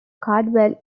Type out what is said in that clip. caldwell